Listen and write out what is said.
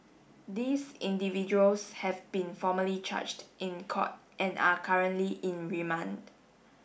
these individuals have been formally charged in court and are currently in remand